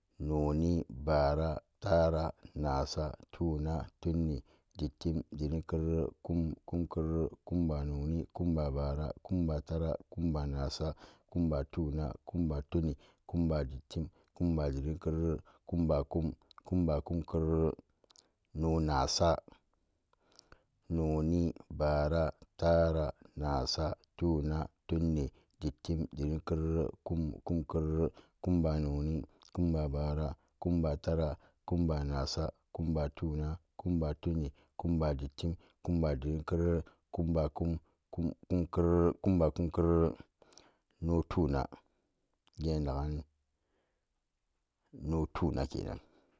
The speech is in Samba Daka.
Noni, bara, tara, nasa, tuna, tanin, dittim, dittimkerere, kum, kumkerere, kumba noni, kumba bara, kumba tara, kumba nasa, kumba tuna, kumba tunin, kumba dittim, kumba dittimkerere, kumba kum, kumba kumkerere, no nasa, noni, bara, tara, nasa, tuna, tunin, dittim, dittimkerere, kum, kumkerere, kumba noni, kumba bara, kumba tara, kumbanasa, kumbatuna, kumba tunina, kumba dittim, kumba ditttimkerere, kumba kum, kumba, kum kerere, no tuna, genagan no tuna kenan.